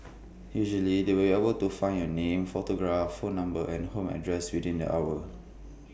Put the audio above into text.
usually they will able to find your name photograph phone number and home address within the hour